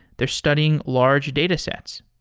they're studying large datasets.